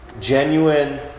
Genuine